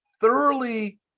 thoroughly